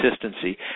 consistency